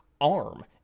arm